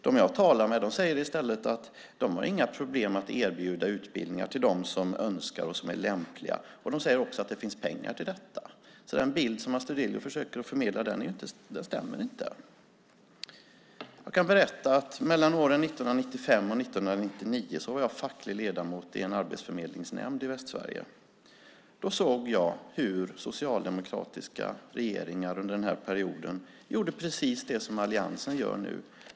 De jag talar med säger i stället att de inte har några problem att erbjuda utbildningar till dem som önskar och som är lämpliga. De säger också att det finns pengar till detta. Så den bild som Astudillo försöker att förmedla stämmer inte. Jag kan berätta att mellan åren 1995 och 1999 var jag facklig ledamot i en arbetsförmedlingsnämnd i Västsverige. Då såg jag hur socialdemokratiska regeringar under den perioden gjorde precis det som alliansen gör nu.